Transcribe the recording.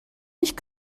nicht